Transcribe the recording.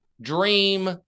Dream